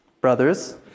brothers